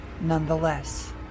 nonetheless